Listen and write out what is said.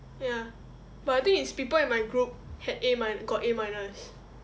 ya but I think is people in my group had A mi~ got A minus